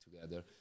together